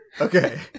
Okay